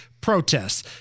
protests